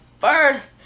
first